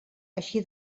així